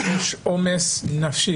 יש עומס נפשי,